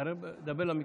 דבר למיקרופון.